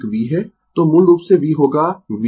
तो मूल रूप से v होगा Vvcosθ j Vs θ में